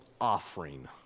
offering